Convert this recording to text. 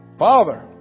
Father